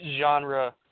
genre